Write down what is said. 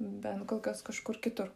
ben kol kas kažkur kitur